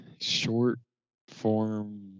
short-form